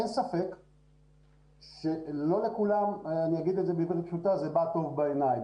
אין ספק שלא לכולם אני א ומר את זה בעברית פשוטה זה בא טוב בעיניים.